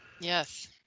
Yes